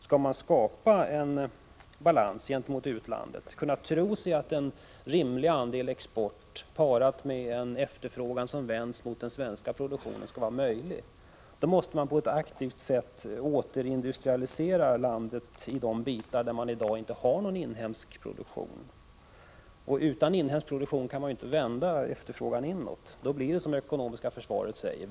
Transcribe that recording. Skall man skapa en balans gentemot utlandet och tro att en rimlig andel export parad med en efterfrågan som vänds mot den svenska produktionen skall vara möjlig, måste man på ett aktivt sätt återindustrialisera landet i de delar där man i dag inte har någon inhemsk produktion. Utan inhemsk produktion kan man inte vända efterfrågan inåt. Då blir det som det ekonomiska försvaret säger.